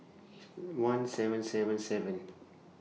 one seven seven seven